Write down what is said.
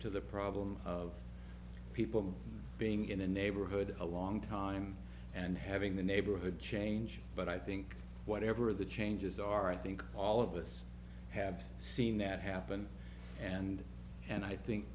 to the problem of people being in a neighborhood a long time and having the neighborhood change but i think whatever the changes are i think all of us have seen that happen and and i think